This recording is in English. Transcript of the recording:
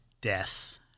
death